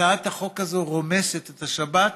הצעת החוק הזאת רומסת את השבת,